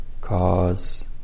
cause